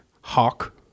Hawk